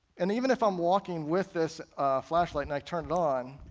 and even if i'm walking with this flashlight and i turn it on,